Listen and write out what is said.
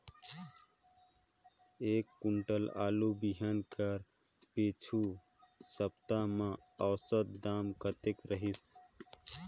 एक कुंटल आलू बिहान कर पिछू सप्ता म औसत दाम कतेक रहिस?